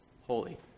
holy